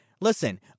listen